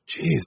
Jeez